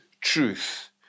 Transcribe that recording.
truth